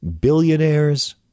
Billionaires